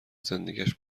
زندگیاش